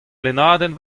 lennadenn